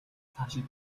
цаашид